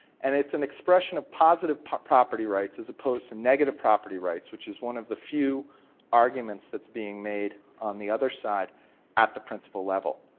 and it's an expression of positive but property rights as opposed to negative property rights which is one of the few arguments that's being made on the other side at the principal level.